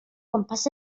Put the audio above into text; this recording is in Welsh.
gwmpas